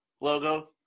logo